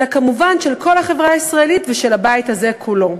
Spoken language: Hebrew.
אלא כמובן של כל החברה הישראלית ושל הבית הזה כולו.